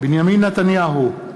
בנימין נתניהו,